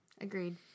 Agreed